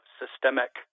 systemic